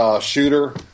Shooter